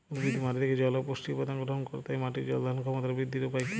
উদ্ভিদ মাটি থেকে জল ও পুষ্টি উপাদান গ্রহণ করে তাই মাটির জল ধারণ ক্ষমতার বৃদ্ধির উপায় কী?